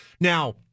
Now—